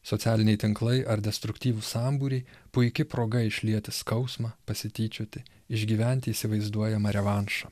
socialiniai tinklai ar destruktyvūs sambūriai puiki proga išlieti skausmą pasityčioti išgyventi įsivaizduojamą revanšą